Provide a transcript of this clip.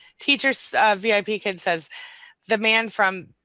teachers vip kid says the man from.